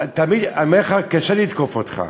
תאמין לי, אני אומר לך, קשה לי לתקוף אותך.